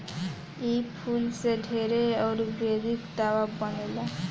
इ फूल से ढेरे आयुर्वेदिक दावा बनेला